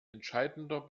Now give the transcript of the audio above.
entscheidender